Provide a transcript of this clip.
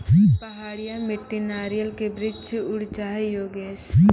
पहाड़िया मिट्टी नारियल के वृक्ष उड़ जाय योगेश?